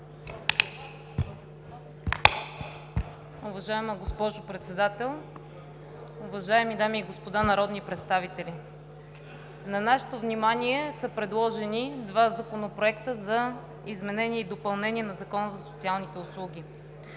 Уважаема госпожо Председател, уважаеми дами и господа народни представители! На нашето внимание са предложени два законопроекта за изменение и допълнение на Закона за социалните услуги.